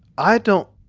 i don't